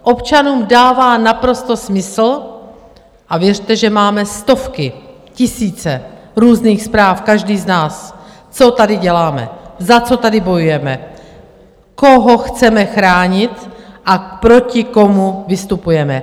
Občanům dává naprosto smysl a věřte, že máme stovky, tisíce různých zpráv každý z nás co tady děláme, za co tady bojujeme, koho chceme chránit a proti komu vystupujeme.